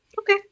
Okay